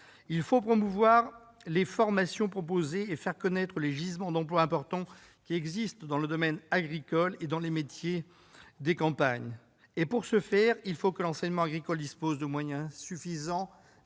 Il faut promouvoir les formations proposées et faire connaître les gisements d'emplois importants qui existent dans le domaine agricole et dans les métiers des campagnes. Pour ce faire, l'enseignement agricole doit disposer de moyens budgétaires